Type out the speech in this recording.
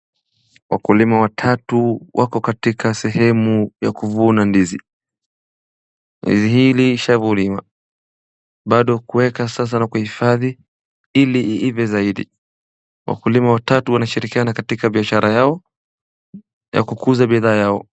Wakulima watatu wako katika sehemu ya kuvuna ndizi. Ndizi hizi zishavulima bado kuweka sasa na kuhifadhi ili iive zaidi. Wakulima watatu wanshirikiana katika biashara yao ya kukuza bidhaa yao.